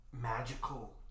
magical